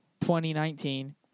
2019